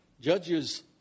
Judges